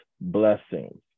blessings